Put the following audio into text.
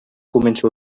començo